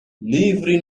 livre